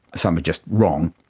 some are just wrong.